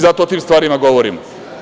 Zato o tim stvarima govorimo.